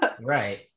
Right